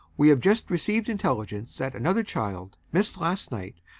we have just received intelligence that another child, missed last night,